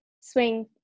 swing